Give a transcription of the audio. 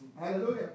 Hallelujah